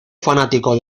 fanático